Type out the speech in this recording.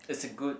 it's a good